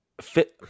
fit